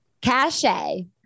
Cache